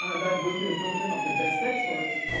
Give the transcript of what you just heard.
um that weighted automaton of the best experts,